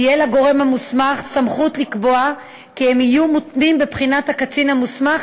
תהיה לגורם המוסמך סמכות לקבוע כי הם יהיו מותנים בבחינת הקצין המוסמך